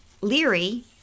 Leary